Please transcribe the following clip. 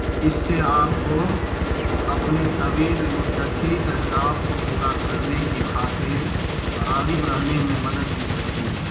اس سے آپ کو اپنے طویل مدتی اہداف کو پورا کرنے کی خاطر راغب رہنے میں مدد مل سکتی ہے